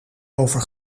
over